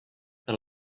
per